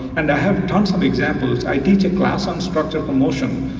and i have tons of examples, i teach a class on structural ah motion,